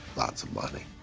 lots of money,